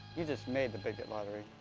you just made the bigot lottery.